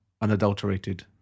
unadulterated